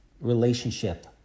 relationship